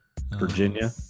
Virginia